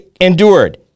endured